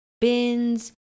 bins